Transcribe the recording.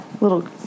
little